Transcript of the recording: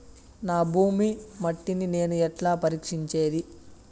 నా భూమి మట్టిని నేను ఎట్లా పరీక్షించేది?